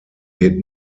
wird